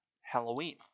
Halloween